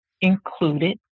included